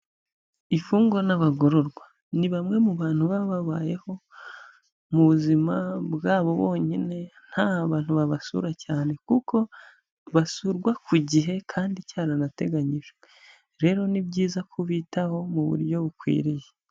Imfungwa n'abagororwa, ni bamwe mu bantu baba bayeho mu buzima bwabo bonyine, nta bantu babasura cyane, kuko basurwa ku gihe kandi cyaranateganyijwe. Rero ni byiza kubitaho mu buryo bukwiriye.